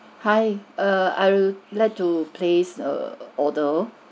hi err I would like to place err order